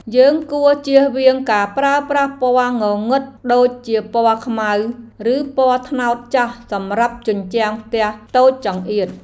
យើងគួរចៀសវាងការប្រើប្រាស់ពណ៌ងងឹតដូចជាពណ៌ខ្មៅឬពណ៌ត្នោតចាស់សម្រាប់ជញ្ជាំងផ្ទះតូចចង្អៀត។